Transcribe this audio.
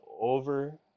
over